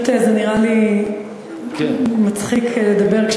השאלה, אם לחכות לה או להתחיל לדבר.